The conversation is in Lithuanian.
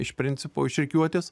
iš principo iš rikiuotės